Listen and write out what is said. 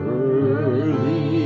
early